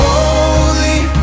Holy